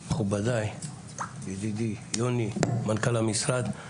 מכובדיי, ידידי יוני, מנכ"ל המשרד,